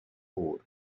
bored